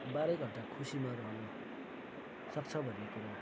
बाह्रै घन्टा खुसीमा रहन सक्छ भन्ने कुरा